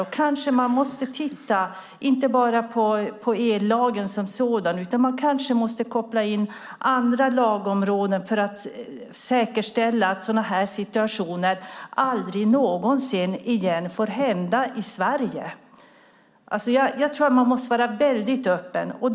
Man kanske inte bara ska titta på ellagen som sådan utan måste koppla in andra lagområden för att säkerställa att sådana här situationer aldrig någonsin får uppstå igen i Sverige. Man måste vara väldigt öppen.